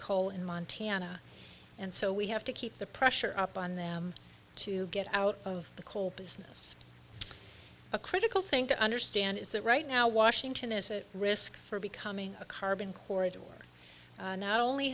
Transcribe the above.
coal in montana and so we have to keep the pressure up on them to get out of the coal business a critical thing to understand is that right now washington is at risk for becoming a carbon corridor where not only